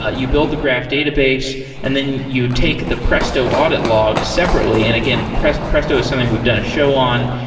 ah you build the graph database and then you take the presto audit log separately. and again, presto presto is something we've done a show on.